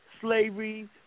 slavery